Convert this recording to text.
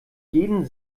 jeden